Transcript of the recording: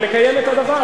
ונקיים את הדבר,